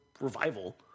revival